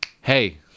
Hey